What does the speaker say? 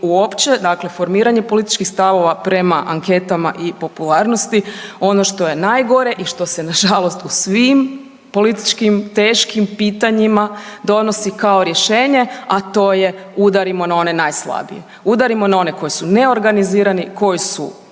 uopće dakle formiranje političkih stavova prema anketama i popularnosti. Ono što je najgore i što se nažalost u svim političkim teškim pitanjima donosi kao rješenje, a to je udarimo one najslabije. Udarimo na one koji su neorganizirani, koji su